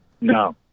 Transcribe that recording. No